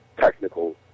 technical